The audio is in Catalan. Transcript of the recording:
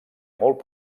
molt